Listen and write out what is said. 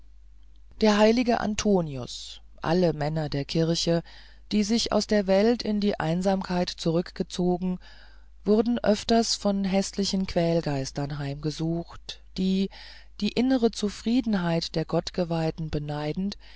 der heilige antonius alle männer der kirche die sich aus der welt in die einsamkeit zurückgezogen wurden öfters von häßlichen quälgeistern heimgesucht die die innere zufriedenheit der gottgeweihten beneidend